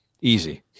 Easy